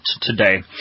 today